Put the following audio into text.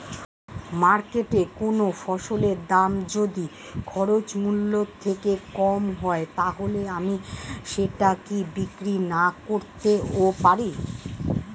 মার্কেটৈ কোন ফসলের দাম যদি খরচ মূল্য থেকে কম হয় তাহলে আমি সেটা কি বিক্রি নাকরতেও পারি?